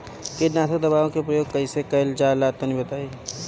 कीटनाशक दवाओं का प्रयोग कईसे कइल जा ला तनि बताई?